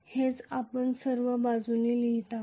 हेच आपण सर्व बाजूने लिहित आहोत